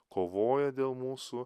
kovoja dėl mūsų